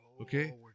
okay